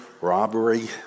robbery